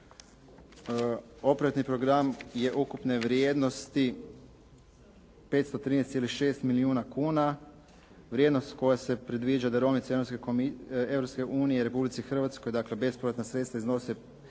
operativni program je ukupne vrijednosti 513,6 milijuna kuna, vrijednost koja se predviđa darovnica Europske unije Republici Hrvatskoj, dakle bespovratna sredstva iznose